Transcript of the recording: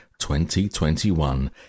2021